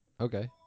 Okay